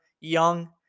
young